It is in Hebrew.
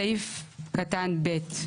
סעיף קטן ב',